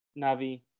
Navi